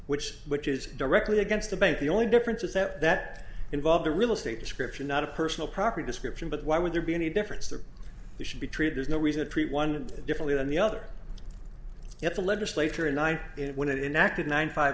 which which is directly against the bank the only difference is that that involved the real estate description not a personal property description but why would there be any difference that we should be treated there's no reason to treat one differently than the other if the legislature in one when it inactive nine five